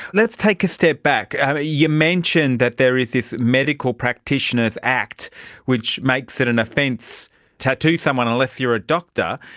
let's take a step back. and you mentioned that there is this medical practitioners act which makes it an offence to tattoo someone unless you are a doctor.